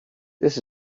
this